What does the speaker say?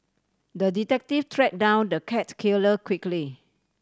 the detective track down the cat killer quickly